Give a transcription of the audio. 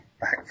back